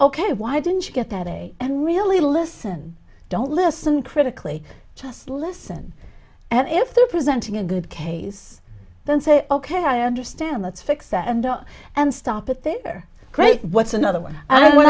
ok why didn't you get that day and really listen don't listen critically just listen and if they're presenting a good case then say ok i understand let's fix that and up and stop it there great what's another one and what